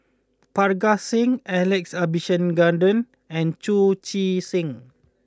Parga Singh Alex Abisheganaden and Chu Chee Seng